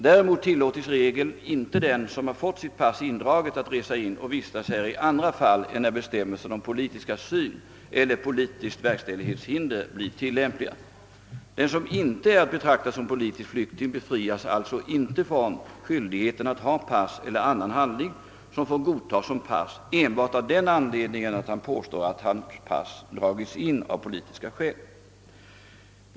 Däremot tillåts i regel inte den som har fått sitt pass indraget att resa in och vistas här i andra fall än när bestämmelserna om politisk asyl eller politiskt verkställighetshinder blir tillämpliga. Den som inte är att betrakta som politisk flykting befrias alltså inte från skyldigheten att ha pass eller annan handling som får godtas som pass enbart av den anledningen att han påstår att hans pass dragits in av politiska skäl.